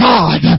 God